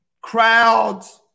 crowds